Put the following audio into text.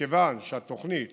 מכיוון שהתוכנית